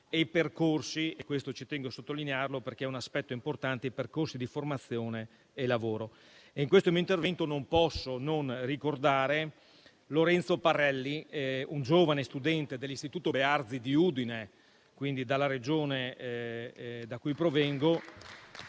di lavoro e - tengo a sottolineare questo che è un aspetto importante - i percorsi di formazione e lavoro. In questo mio intervento non posso non ricordare Lorenzo Parelli, un giovane studente dell'Istituto Bearzi di Udine, dalla Regione da cui provengo